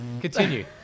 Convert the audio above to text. Continue